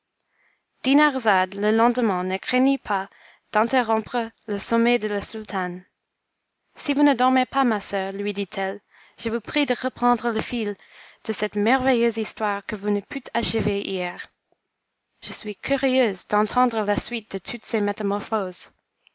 le lendemain ne craignit pas d'interrompre le sommeil de la sultane si vous ne dormez pas ma soeur lui dit-elle je vous prie de reprendre le fil de cette merveilleuse histoire que vous ne pûtes achever hier je suis curieuse d'entendre la suite de toutes ces métamorphoses